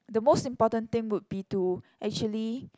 the most important thing would be to actually